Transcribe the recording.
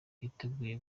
biteguye